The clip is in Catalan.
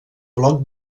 bloc